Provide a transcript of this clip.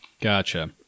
Gotcha